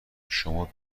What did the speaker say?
شما